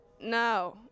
no